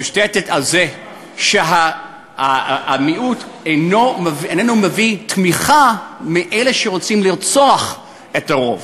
מושתתת על כך שהמיעוט איננו מביע תמיכה באלה שרוצים לרצוח את הרוב.